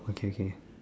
okay okay